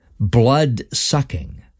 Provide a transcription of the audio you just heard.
Blood-sucking